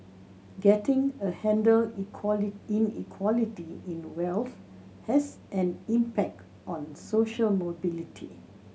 getting a handle Inequality in wealth has an impact on social mobility